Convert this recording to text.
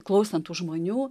klausant tų žmonių